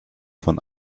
von